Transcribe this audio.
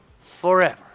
forever